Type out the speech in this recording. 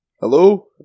Hello